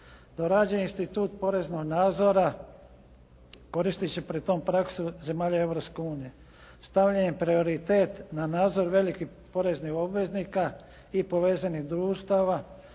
dorađen je institut poreznog nadzora koristeći pri tom praksu zemalja Europske unije. Stavljen je prioritet na nadzor velikih poreznih obveznika i povezanih društava,